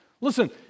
Listen